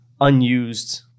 unused